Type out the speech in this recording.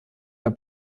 der